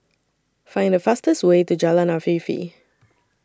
Find The fastest Way to Jalan Afifi